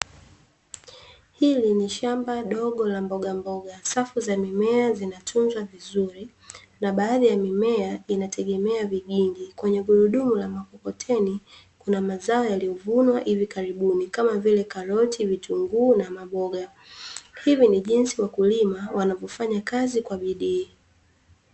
Hili ni shamba dogo la mbogamboga, safu za mimea zinatunzwa vizuri na baadhi ya mimea inategemea vigingi kwenye gurudumu la makokoteni kuna mazao yaliyovunwa hivi karibuni kama vile karoti, vitunguu na maboga. Hivyo ni jinsi wakulima wanavyofanya kazi kwa bidii.